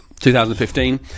2015